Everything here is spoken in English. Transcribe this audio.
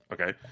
Okay